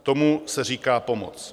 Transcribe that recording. Tomu se říká pomoc.